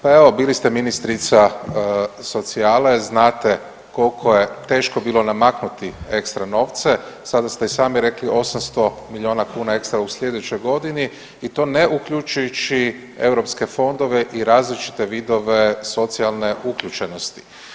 Pa evo, bili ste ministrica socijale, znate koliko je teško bilo namaknuti ekstra novce, sada ste i sami rekli 800 milijuna kuna ekstra u sljedećoj godini i to ne uključujući europske fondove i različite vidove socijalne uključenosti.